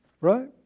Right